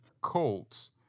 Colts